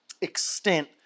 extent